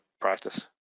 practice